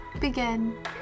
begin